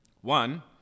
One